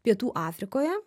pietų afrikoje